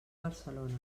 barcelona